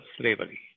slavery